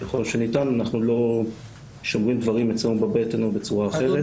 ככל שניתן אנחנו לא שומרים דברים אצלנו בבטן או בצורה אחרת.